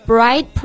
Bright